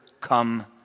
come